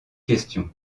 question